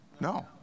No